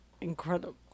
incredible